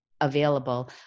available